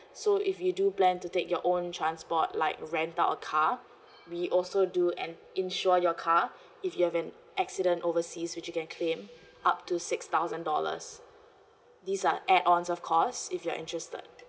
so if you do plan to take your own transport like rent out car we also do en~ insure your car if you have an accident overseas which you can claim up to six thousand dollars these are add-ons of course if you're interested